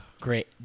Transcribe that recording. Great